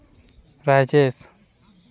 Rajesh